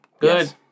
Good